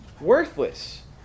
Worthless